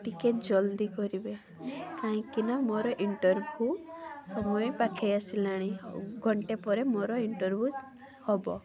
ଟିକେ ଜଲଦି କରିବେ କାହିଁକିନା ମୋର ଇଣ୍ଟରଭ୍ୟୁ ସମୟ ପାଖେଇ ଆସିଲାଣି ଆଉ ଘଣ୍ଟେ ପରେ ମୋର ଇଣ୍ଟରଭ୍ୟୁ ହବ